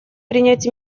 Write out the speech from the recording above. принять